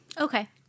Okay